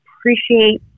appreciate